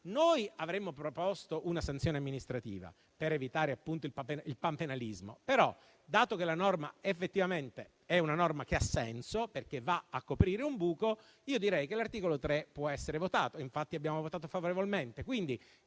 Noi avremmo proposto una sanzione amministrativa, per evitare appunto il panpenalismo; però, dato che la norma effettivamente ha senso, perché va a coprire un buco, io direi che l'articolo 3 può essere votato (e infatti abbiamo votato favorevolmente).